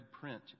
print